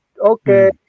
Okay